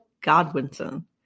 Godwinson